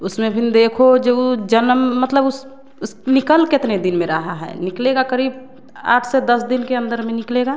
उसमें फिर देखो जो जन्म मतलब उस उस निकल कितने दिन में रहा है निकलेगा करीब आठ से दस दिन के अंदर में निकलेगा